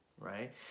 Right